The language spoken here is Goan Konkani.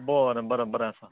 बरें बरें बरें आसा